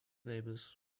neighbors